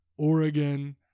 Oregon